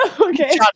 okay